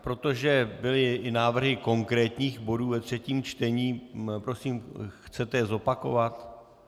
Protože byly i návrhy konkrétních bodů ve třetím, čtení, prosím, chcete je zopakovat?